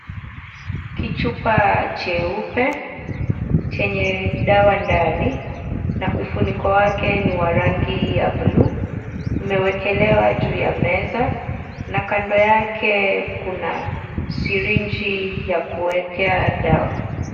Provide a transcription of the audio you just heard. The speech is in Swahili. Kichupa cheupe chenye dawa ndani, na ufuniko wake ni wa rangi ya bluu, umewekelewa juu ya meza, na kando yake kuna sirinji ya kuwekea ndawa.